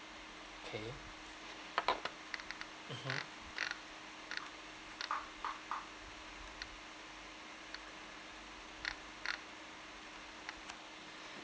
okay